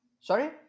Sorry